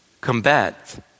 combat